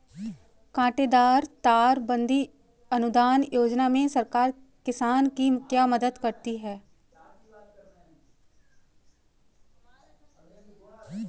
कांटेदार तार बंदी अनुदान योजना में सरकार किसान की क्या मदद करती है?